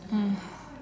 mm